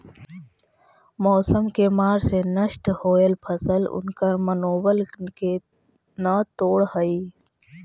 मौसम के मार से नष्ट होयल फसल उनकर मनोबल के न तोड़ हई